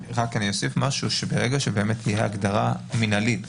אני רק אוסיף שברגע שבאמת תהיה הגדרה מינהלית,